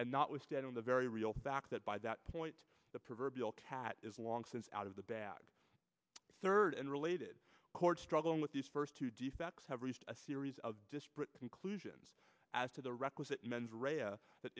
and not withstand on the very real fact that by that point the proverbial cat is long since out of the bag third in related court struggling with these first two defects have raised a series of disparate conclusions as to the requisite mens rea a that